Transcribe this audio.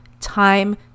time